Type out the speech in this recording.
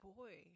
boy